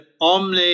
omne